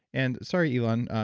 and sorry elon,